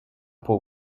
pół